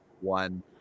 one